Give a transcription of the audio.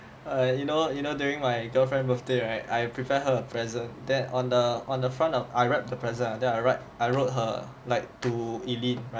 err you know you know during my girlfriend birthday right I prepare her a present there on the on the front of I wrap the the present then right I wrote her like to eileen right